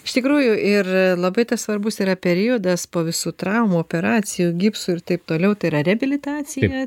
iš tikrųjų ir labai tas svarbus yra periodas po visų traumų operacijų gipsų ir taip toliau tai yra reabilitacija